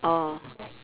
ah